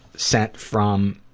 sent from,